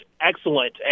excellent